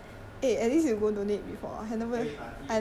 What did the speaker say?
I know but I scared blood